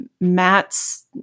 Matt's